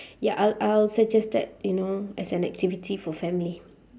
ya I'll I'll suggest that you know as an activity for family